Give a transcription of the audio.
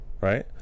Right